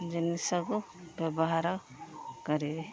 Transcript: ଜିନିଷକୁ ବ୍ୟବହାର କରିବି